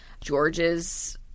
George's